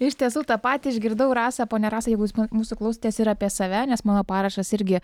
iš tiesų tą patį išgirdau rasa ponia rasa jeigu jūs mūsų klausotės ir apie save nes mano parašas irgi